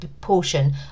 portion